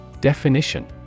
Definition